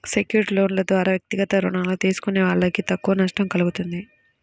secured లోన్ల ద్వారా వ్యక్తిగత రుణాలు తీసుకునే వాళ్ళకు తక్కువ నష్టం కల్గుతుంది